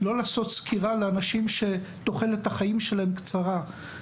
לא לעשות סקירה לאנשים שתוחלת החיים שלהם קצרה,